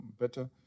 better